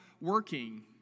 working